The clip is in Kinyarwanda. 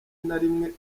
narimwe